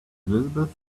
elizabeth